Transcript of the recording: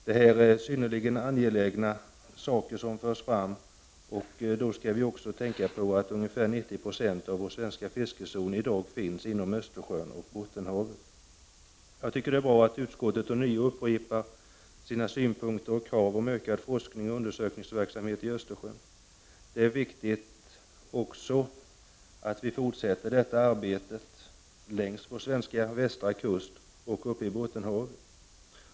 Det är synnerligen angelägna projekt som förs fram, inte minst med tanke på att ca 90 96 av den svenska fiskezonen ligger i Östersjön och Bottenhavet. Det är bra att utskottet ånyo upprepar sina synpunkter om och krav på ökad forskning och undersökningsverksamhet i Östersjön. Det är viktigt att vi fortsätter detta arbete längs vår västra kust och i Bottenhavet.